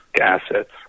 assets